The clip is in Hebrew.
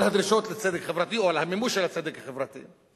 על הדרישות לצדק חברתי או על המימוש של הצדק החברתי.